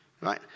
Right